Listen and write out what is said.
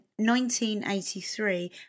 1983